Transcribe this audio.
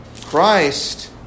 Christ